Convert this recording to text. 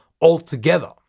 altogether